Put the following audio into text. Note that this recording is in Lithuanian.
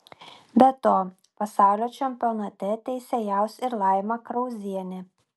be to pasaulio čempionate teisėjaus ir laima krauzienė